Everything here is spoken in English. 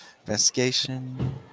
investigation